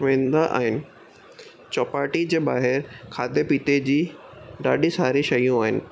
वेंदा आहिनि चौपाटी जे ॿाहिरि खाधे पीते जी ॾाढी सारी शयूं आहिनि